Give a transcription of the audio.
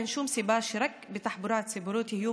אין שום סיבה שרק בתחבורה הציבורית יהיו